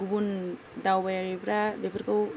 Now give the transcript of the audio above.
गुबुन दावबायारिफोरा बेफोरखौ